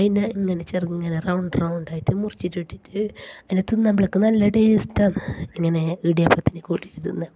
അതിനെ ഇങ്ങനെ